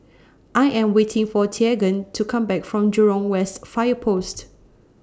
I Am waiting For Teagan to Come Back from Jurong West Fire Post